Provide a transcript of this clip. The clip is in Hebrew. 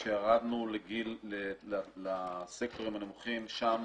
כשירדנו לסקטורים הנמוכים, שם